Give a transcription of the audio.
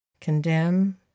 condemn